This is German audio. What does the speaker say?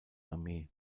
armee